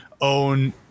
own